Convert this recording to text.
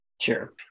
Sure